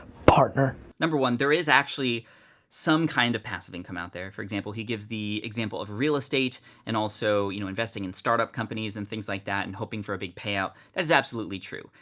partner! number one, there is actually some kind of passive income out there. for example, he gives the example of real estate and also you know investing in startup companies and things like that and hoping for a big payout. that is absolutely true.